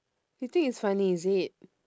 you think it's funny is it